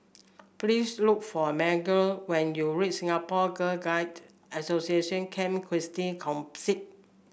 please look for Margy when you reach Singapore Girl Guides Association Camp Christine Campsite